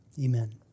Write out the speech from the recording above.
amen